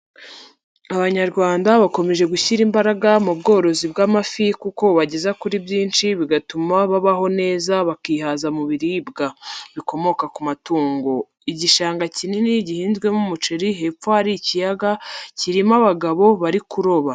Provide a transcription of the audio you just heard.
Abanyarwanda bakomeje gushyira imbaraga mu bworozi bw'amafi kuko bubageza kuri byinshi bigatuma babaho neza bakihaza mu biribwa bikomoka ku matungo. Igishanga kinini gihinzwemo umuceri hepfo hari ikiyaga kirimo abagabo bari kuroba.